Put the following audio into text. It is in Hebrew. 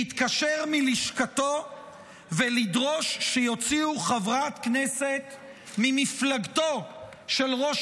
להתקשר מלשכתו ולדרוש שיוציאו חברת כנסת ממפלגתו של ראש